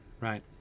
right